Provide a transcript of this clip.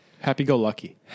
Happy-go-lucky